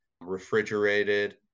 Refrigerated